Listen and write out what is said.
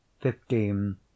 fifteen